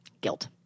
Guilt